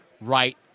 right